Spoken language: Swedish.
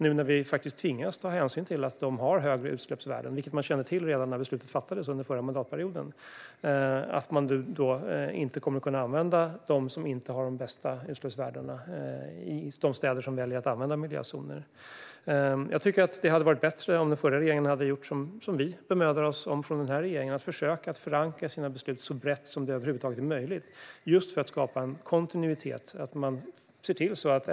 Nu tvingas vi att ta hänsyn till att dieselbilar har högre utsläppsvärden, vilket man kände till redan när beslutet fattades under den förra mandatperioden. Nu kommer konsumenterna inte att kunna använda de bilar som inte har de bästa utsläppsvärdena i de städer som väljer att införa miljözoner. Jag tycker att det hade varit bättre om den förra regeringen hade gjort som vi. Vi i den här regeringen bemödar oss om att förankra våra beslut så brett som det över huvud taget är möjligt just för att skapa en kontinuitet.